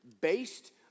based